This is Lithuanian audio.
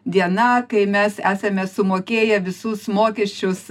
diena kai mes esame sumokėję visus mokesčius